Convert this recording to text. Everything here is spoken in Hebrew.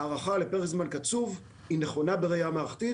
הארכה לפרק זמן קצוב היא נכונה בראייה מערכתית.